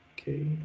Okay